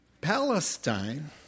Palestine